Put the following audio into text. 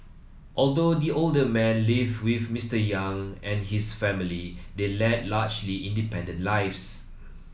although the older man lived with Mister Yong and his family they led largely independent lives